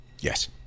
Yes